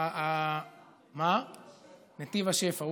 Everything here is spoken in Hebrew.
נתיב השפע.